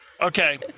Okay